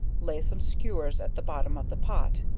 lay some scewers at the bottom of the pot,